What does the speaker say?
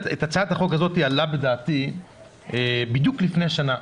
הצעת החוק הזאת עלתה בדעתי בדיוק לפני שנה.